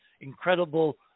incredible